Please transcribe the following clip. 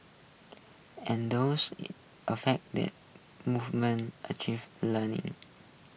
and those's affect that movement achieve learning